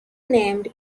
named